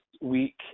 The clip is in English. week